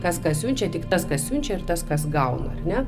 kas ką siunčia tik tas kas siunčia ir tas kas gauna ar ne